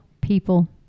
people